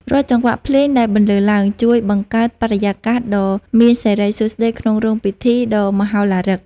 រាល់ចង្វាក់ភ្លេងដែលបន្លឺឡើង ជួយបង្កើតបរិយាកាសដ៏មានសិរីសួស្ដីក្នុងរោងពិធីដ៏មហោឡារិក។